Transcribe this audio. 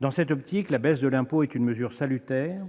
Dans cette optique, la baisse de l'impôt est une mesure salutaire.